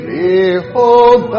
behold